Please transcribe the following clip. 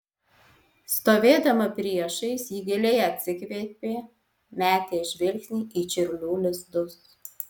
stovėdama priešais ji giliai atsikvėpė metė žvilgsnį į čiurlių lizdus